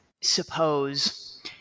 suppose